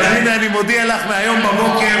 אז הינה אני מודיע לך: מהיום בבוקר.